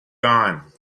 gone